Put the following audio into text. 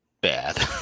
bad